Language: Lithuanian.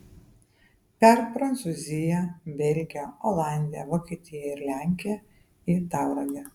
per prancūziją belgiją olandiją vokietiją ir lenkiją į tauragę